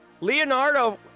Leonardo